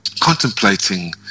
contemplating